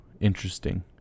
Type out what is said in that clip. interesting